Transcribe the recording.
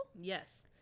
yes